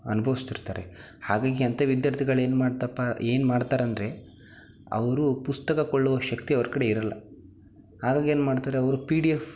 ಅನುಭವಿಸ್ತಿರ್ತಾರೆ ಹಾಗಾಗಿ ಅಂಥ ವಿದ್ಯಾರ್ಥಿಗಳು ಏನು ಮಾಡ್ತಪ್ಪ ಏನು ಮಾಡ್ತಾರಂದರೆ ಅವರು ಪುಸ್ತಕಕೊಳ್ಳುವ ಶಕ್ತಿ ಅವ್ರ ಕಡೆ ಇರಲ್ಲ ಹಾಗಾಗಿ ಏನು ಮಾಡ್ತಾರೆ ಅವರು ಪಿ ಡಿ ಎಫ್